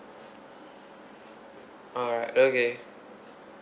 alright okay